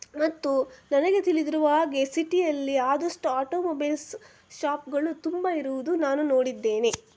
ಮತ್ತು ನನಗೆ ತಿಳಿದಿರುವ ಹಾಗೆ ಸಿಟಿಯಲ್ಲಿ ಆದಷ್ಟು ಆಟೋಮೊಬೈಲ್ಸ್ ಶಾಪ್ಗಳು ತುಂಬ ಇರುವುದು ನಾನು ನೋಡಿದ್ದೇನೆ